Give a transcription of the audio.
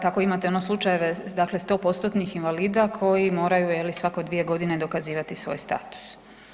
Tako imate ono slučajeve dakle 100%-tnih invalida koji moraju je li svako dvije godine dokazivati svoj status.